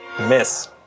Miss